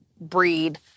breed